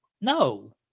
no